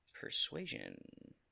Persuasion